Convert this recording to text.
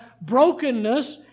brokenness